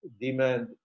demand